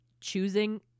choosing